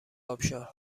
آبشار